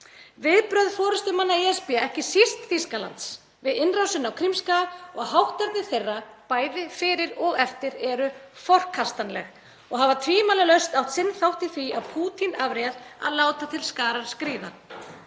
Viðbrögð forystumanna ESB, ekki síst Þýskalands, við innrásinni á Krímskaga og hátterni þeirra. bæði fyrir og eftir, eru forkastanleg og hafa tvímælalaust átt sinn þátt í því að Pútín afréð að láta til skarar skríða.